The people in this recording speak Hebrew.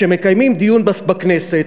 כשמקיימים דיון בכנסת,